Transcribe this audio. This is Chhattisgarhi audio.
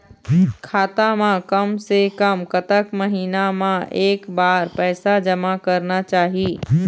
खाता मा कम से कम कतक महीना मा एक बार पैसा जमा करना चाही?